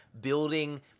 building